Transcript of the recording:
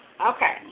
Okay